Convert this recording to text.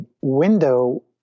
window